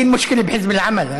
למה מוותר?